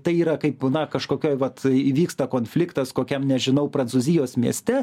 tai yra kaip na kažkokioj vat įvyksta konfliktas kokiam nežinau prancūzijos mieste